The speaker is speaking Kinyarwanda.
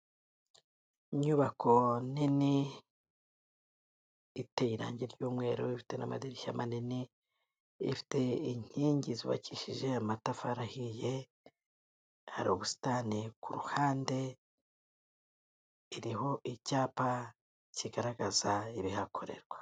Inyubako nini iteye irangi ry'umweru, ifite n'amadirishya manini, ifite inkingi zubakishije amatafari ahiye, hari ubusitani ku ruhande, iriho icyapa kigaragaza ibihakorerwa.